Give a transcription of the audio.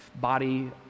body